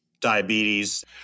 diabetes